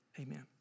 amen